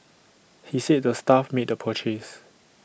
he said the staff made the purchase